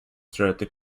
throughout